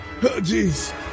jeez